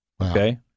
okay